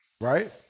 Right